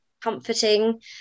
comforting